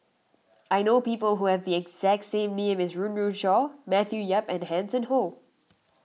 I know people who have the exact say as Run Run Shaw Matthew Yap and Hanson Ho